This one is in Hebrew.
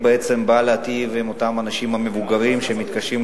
היא בעצם באה להיטיב עם אותם אנשים מבוגרים שמתקשים